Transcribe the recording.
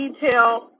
detail